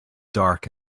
dark